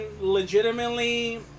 legitimately